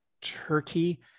Turkey